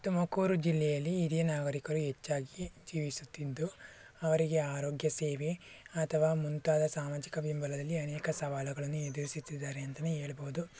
ತುಮಕೂರು ಜಿಲ್ಲೆಯಲ್ಲಿ ಹಿರಿಯ ನಾಗರಿಕರು ಹೆಚ್ಚಾಗಿ ಜೀವಿಸುತ್ತಿದ್ದು ಅವರಿಗೆ ಆರೋಗ್ಯ ಸೇವೆ ಅಥವಾ ಮುಂತಾದ ಸಾಮಾಜಿಕ ಬೆಂಬಲದಲ್ಲಿ ಅನೇಕ ಸವಾಲುಗಳನ್ನು ಎದುರಿಸುತ್ತಿದ್ದಾರೆ ಅಂತನೇ ಹೇಳ್ಬೋದು